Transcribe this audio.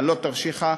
במעלות-תרשיחא,